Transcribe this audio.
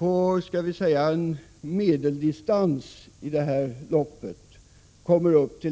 år efter barnets födelse, som en medeldistans i detta lopp.